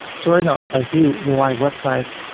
so right now, if i view the live website